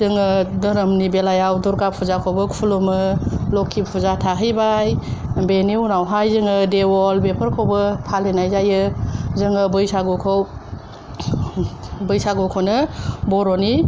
जोङो धोरोमनि बेलायाव दुर्गा फुजा खौबो खुलुमो लोखि फुजा थाहैबाय बेनि उनावहाय जोङो देवोल बेफोरखौबो फालिनाय जायो जोङो बैसागु बैसागुखौनो बर'नि